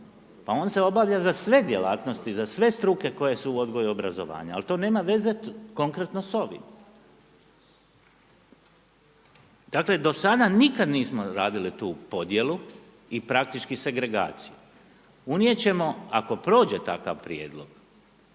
pa on se obavlja za sve djelatnosti i za sve struke koje su u odgoju i obrazovanju, ali to nema veze konkretno s ovim. Dakle do sada nikad nismo radili tu podjelu i praktički segregaciju. Unijeti ćemo ako prođe takav prijedlog